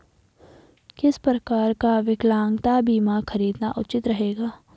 किस प्रकार का विकलांगता बीमा खरीदना उचित रहेगा?